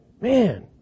Man